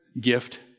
gift